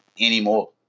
anymore